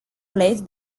played